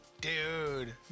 Dude